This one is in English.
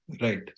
Right